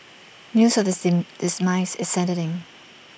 news of seem this nice is saddening